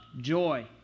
joy